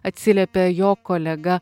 atsiliepė jo kolega